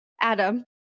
Adam